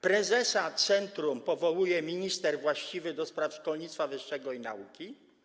Prezesa centrum powołuje minister właściwy do spraw szkolnictwa wyższego i nauki.